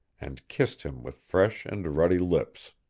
and kissed him with fresh and ruddy lips.